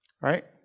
Right